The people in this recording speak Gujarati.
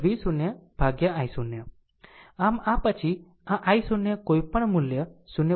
આમ પછી આ i0 મૂલ્ય કોઈપણ મૂલ્ય 0